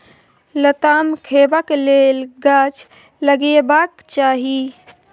लताम खेबाक लेल गाछ लगेबाक चाही